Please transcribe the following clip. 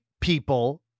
people